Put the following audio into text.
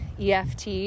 EFT